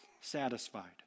satisfied